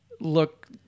look